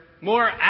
more